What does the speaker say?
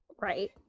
Right